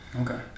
Okay